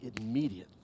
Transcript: immediately